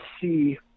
see